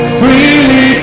freely